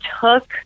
took